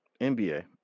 NBA